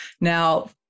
Now